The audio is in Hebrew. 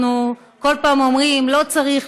אנחנו כל פעם אומרים: לא צריך,